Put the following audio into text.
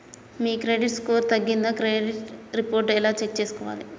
మీ credit score తగ్గిందా credit report ఎలా check చేసుకోవాలి?